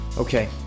okay